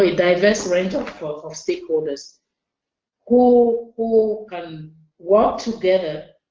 ah diverse range of sort of stakeholders who who can work together